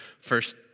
first